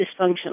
dysfunctional